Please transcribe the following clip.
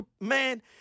man